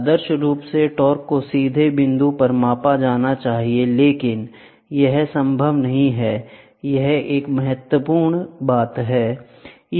आदर्श रूप से टॉर्क को सीधे बिंदु पर मापा जाना चाहिए लेकिन यह हमेशा संभव नहीं है यह एक बहुत महत्वपूर्ण बिंदु है